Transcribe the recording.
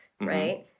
right